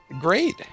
Great